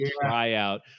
tryout